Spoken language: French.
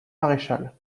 maréchal